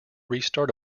restart